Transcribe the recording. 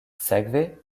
sekve